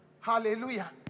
Hallelujah